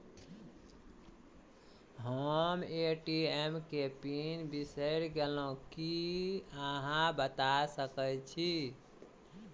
हम ए.टी.एम केँ पिन बिसईर गेलू की अहाँ बता सकैत छी?